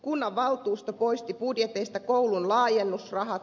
kunnanvaltuusto poisti budjeteista koulun laajennusrahat